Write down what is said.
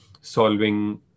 solving